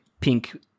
pink